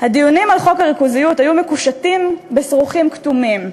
הדיונים על חוק הריכוזיות היו מקושטים בשרוכים כתומים,